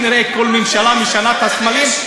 כנראה כל ממשלה משנה את הסמלים?